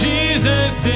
Jesus